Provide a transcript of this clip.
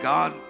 God